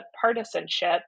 partisanship